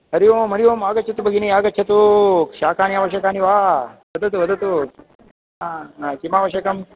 हरि ओम् हरि ओम् आगच्छतु भगिनी आगच्छतु आगच्छतु शाकानि आवश्यानि वा वदतु वदतु हा किम् आवश्यकम्